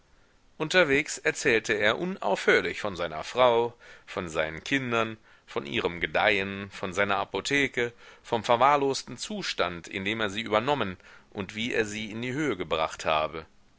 unterwegs erzählte er unaufhörlich von seiner frau von seinen kindern von ihrem gedeihen von seiner apotheke vom verwahrlosten zustand in dem er sie übernommen und wie er sie in die höhe gebracht habe